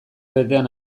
betean